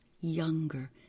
younger